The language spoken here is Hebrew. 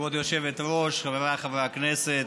כבוד היושבת-ראש, חבריי חברי הכנסת,